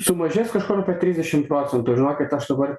sumažės kažkur apie trisdešim procentų žinokit aš dabar